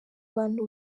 bantu